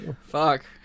fuck